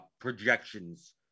projections